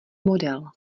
model